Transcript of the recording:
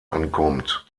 ankommt